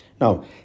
Now